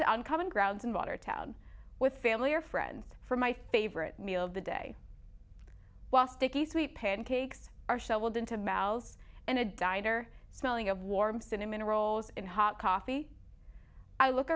to on common grounds in watertown with family or friends for my favorite meal of the day was sticky sweet pancakes are shoveled into mal's and a diner smelling of warm cinnamon rolls in hot coffee i look